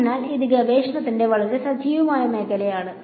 അതിനാൽ ഇത് ഗവേഷണത്തിന്റെ വളരെ സജീവമായ മേഖലയാണ്